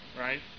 right